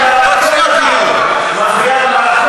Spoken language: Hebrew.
מספיק.